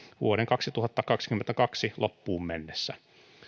vuoden kaksituhattakaksikymmentäkaksi loppuun mennessä